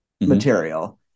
material